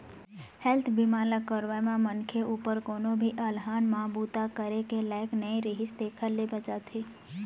health बीमा ल करवाए म मनखे उपर कोनो भी अलहन म बूता करे के लइक नइ रिहिस तेखर ले बचाथे